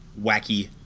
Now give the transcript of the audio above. wacky